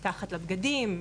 מתחת לבגדים,